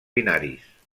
binaris